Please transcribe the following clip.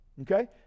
Okay